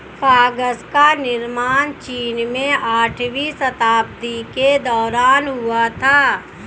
कागज का निर्माण चीन में आठवीं शताब्दी के दौरान हुआ था